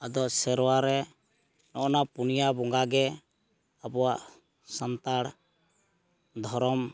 ᱟᱫᱚ ᱥᱮᱨᱣᱟ ᱨᱮ ᱱᱚᱜᱼᱚ ᱱᱟ ᱯᱚᱱᱭᱟ ᱵᱚᱸᱜᱟᱜᱮ ᱟᱵᱚᱣᱟᱜ ᱥᱟᱱᱛᱟᱲ ᱫᱷᱚᱨᱚᱢ